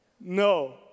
No